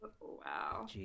Wow